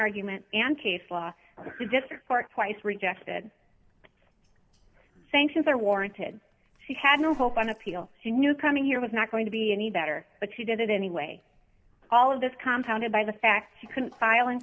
argument and case law the district court twice rejected sanctions are warranted she had no hope on appeal she knew coming here was not going to be any better but she did it anyway all of this compound by the fact she couldn't fil